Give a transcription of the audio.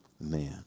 man